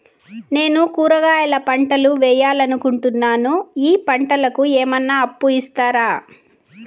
నేను కూరగాయల పంటలు వేయాలనుకుంటున్నాను, ఈ పంటలకు ఏమన్నా అప్పు ఇస్తారా?